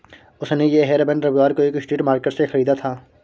उसने ये हेयरबैंड रविवार को एक स्ट्रीट मार्केट से खरीदा था